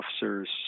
officers